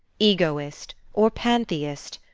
egoist, or pantheist,